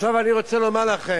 עכשיו אני רוצה לומר לכם,